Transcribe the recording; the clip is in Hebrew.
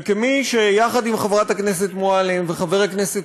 וכמי שיחד עם חברת הכנסת מועלם וחבר הכנסת